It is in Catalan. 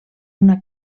una